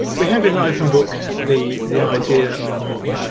we have in openbook the the idea of